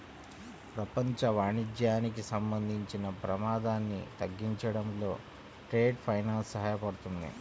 ప్రపంచ వాణిజ్యానికి సంబంధించిన ప్రమాదాన్ని తగ్గించడంలో ట్రేడ్ ఫైనాన్స్ సహాయపడుతుంది